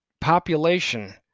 population